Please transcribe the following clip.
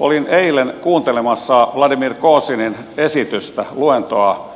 olin eilen kuuntelemassa vladimir kozinin esitystä luentoa